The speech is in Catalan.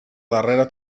darrera